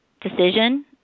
decision